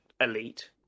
elite